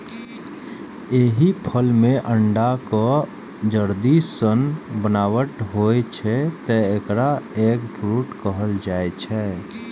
एहि फल मे अंडाक जर्दी सन बनावट होइ छै, तें एकरा एग फ्रूट कहल जाइ छै